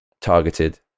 targeted